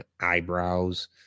eyebrows